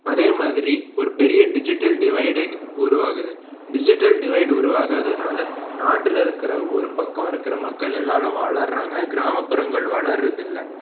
அதே மாதிரி ஒரு பெரிய டிஜிட்டல் டிவைடே உருவாகுது டிஜிட்டல் டிவைட் உருவாகறதுனால நாட்டில் இருக்கிற ஒரு பக்கம் இருக்கிற மக்கள் எல்லாரும் வளர்றாங்க கிராமப்புறங்கள் வளர்றதில்லை